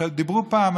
דיברו פעם,